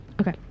Okay